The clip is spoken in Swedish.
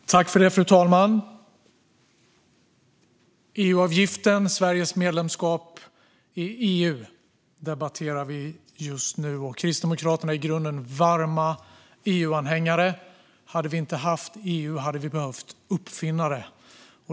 Fru talman! Vi debatterar just nu EU-avgiften och Sveriges medlemskap i EU. Kristdemokraterna är i grunden varma EU-anhängare. Hade vi inte haft EU hade vi behövt uppfinna det.